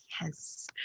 Yes